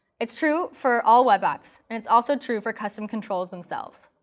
it's true for all web apps. and it's also true for custom controls themselves.